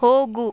ಹೋಗು